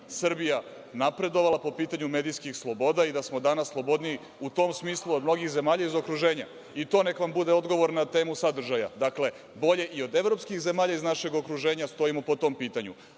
Srbija je napredovala po pitanju medijskih sloboda i da smo danas slobodniji u tom smislu od mnogih zemalja u okruženju, i to neka vam bude odgovor na temu sadržaja. Dakle, bolje i od evropskih zemalja iz našeg okruženja stojimo po tom pitanju,